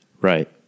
Right